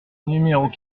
numéros